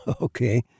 okay